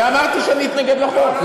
אני אמרתי שאני אתנגד לחוק.